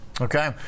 Okay